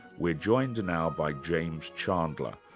we're joined now by james chandler,